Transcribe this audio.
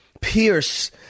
pierce